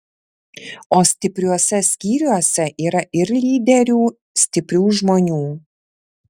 o stipriuose skyriuose yra ir lyderių stiprių žmonių